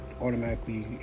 automatically